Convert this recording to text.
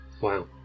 Wow